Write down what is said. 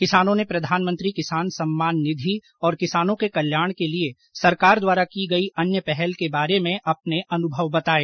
किसानों ने प्रधानमंत्री किसान सम्मान निधि और किसानों के कल्याण के लिए सरकार द्वारा की गई अन्य पहल के बारे में अपने अनुभव बताए